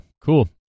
cool